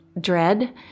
dread